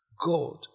God